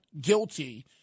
guilty